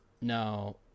No